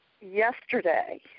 yesterday